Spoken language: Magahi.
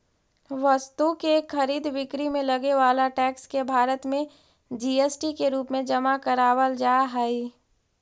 वस्तु के खरीद बिक्री में लगे वाला टैक्स के भारत में जी.एस.टी के रूप में जमा करावल जा हई